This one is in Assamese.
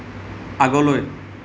আগলৈ